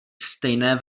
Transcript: stejné